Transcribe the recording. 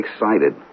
excited